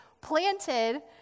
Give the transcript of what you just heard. planted